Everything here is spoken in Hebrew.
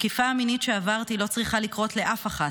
התקיפה המינית שעברתי לא צריכה לקרות לאף אחת.